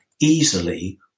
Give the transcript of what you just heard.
easily